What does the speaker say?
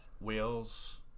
Wales